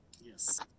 Yes